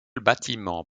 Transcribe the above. bâtiment